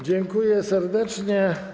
Dziękuję serdecznie.